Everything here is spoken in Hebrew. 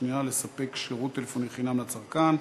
השנייה לספק שירות טלפוני חינם לצרכן),